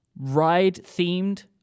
Ride-themed